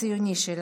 הציוני שלה.